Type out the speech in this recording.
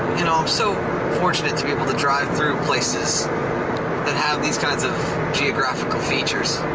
you know, i'm so fortunate to be able to drive through places that have these kinds of geographical features.